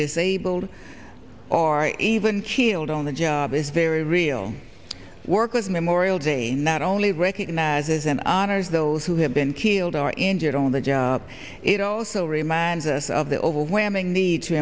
disabled or even killed on the job is very real workers memorial day not only recognizes and honors those who have been killed or injured on the job it also reminds us of the overwhelming need to